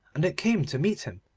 and it came to meet him,